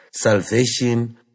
salvation